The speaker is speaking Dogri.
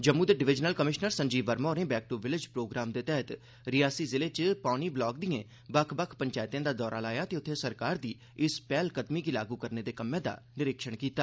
जम्मू दे डिवीजनल कमिशनर संजीव वर्मा होरें बैक टू विलेज प्रोग्राम दे तैह्त रियासी जिले च पौनी ब्लाक दिएं बक्ख बक्ख पंचैतें दा दौरा लाया ते उत्थें सरकार दी इस पैह्लकदमी गी लागू करने दे कम्मै दा निरीक्षण कीता